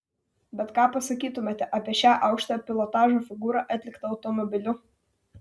bet ką pasakytumėte apie šią aukštojo pilotažo figūrą atliktą automobiliu